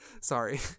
Sorry